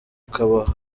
kababaro